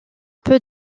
peu